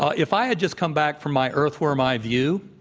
ah if i had just come back from my earthworm eye view,